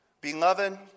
Beloved